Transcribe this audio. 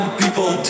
people